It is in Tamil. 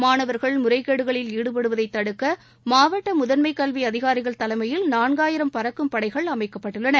மாணவர்கள் முறைகேடுகளில் ஈடுபடுவதை தடுக்க மாவட்ட முதன்மை கல்வி அதிகாரிகள் தலைமையில் நான்காயிரம் பறக்கும் படைகள் அமைக்கப்பட்டுள்ளன